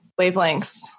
wavelengths